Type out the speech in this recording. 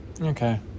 okay